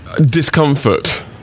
discomfort